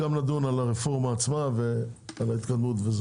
נדון גם על הרפורמה עצמה ועל ההתקדמות.